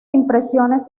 impresiones